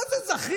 מה זה "זכיתם"?